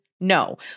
No